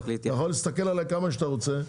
אתה יכול להסתכל עליי כמה שאתה רוצה,